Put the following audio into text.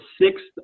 sixth